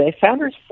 founders